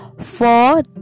four